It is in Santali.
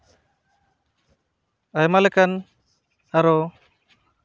ᱟᱭᱢᱟ ᱞᱮᱠᱟᱱ ᱟᱨᱚ